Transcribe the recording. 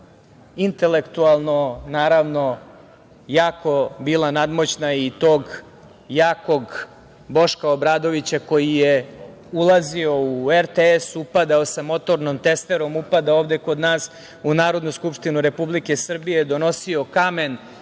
intelektualno naravno jako bila nadmoćna i tog jakog Boška Obradovića koji je ulazio u RTS, upadao sa motornom testerom, upadao ovde kod nas u Narodnu skupštinu Republike Srbije, donosio kamen,